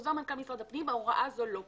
בחוזר מנכ"ל משרד הפנים ההוראה הזו לא קיימת,